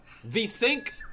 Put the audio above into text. V-Sync